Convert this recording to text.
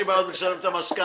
יש לי בעיות לשלם את המשכנתא,